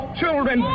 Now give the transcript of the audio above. children